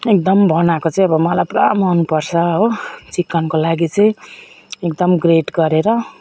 एकदम बनाएको चाहिँ अब मलाई पुरा मन पर्छ हो चिकनको लागि चाहिँ एकदम ग्रेट गरेर